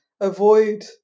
avoid